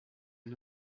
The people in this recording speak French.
non